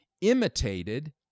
imitated